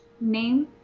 name